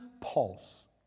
pulse